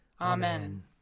Amen